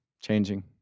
changing